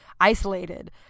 isolated